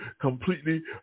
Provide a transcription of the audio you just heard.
completely